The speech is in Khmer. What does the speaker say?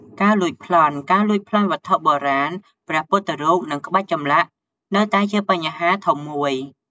ការលួចប្លន់ ការលួចប្លន់វត្ថុបុរាណ ព្រះពុទ្ធរូប និងក្បាច់ចម្លាក់នៅតែជាបញ្ហាធំមួយ។